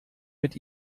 mit